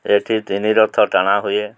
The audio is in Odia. ଏଇଠି ତିନି ରଥ ଟଣା ହୁଏ